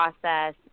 process